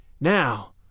Now